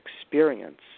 experience